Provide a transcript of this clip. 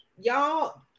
y'all